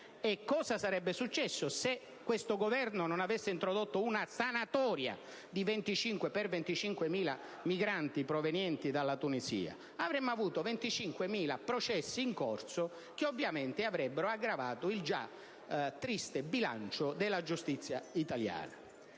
cosa sarebbe successo se questo Governo non avesse introdotto una sanatoria per 25.000 migranti provenienti dalla Tunisia! Avremmo avuto 25.000 processi in corso che avrebbero aggravato il già triste bilancio della giustizia italiana.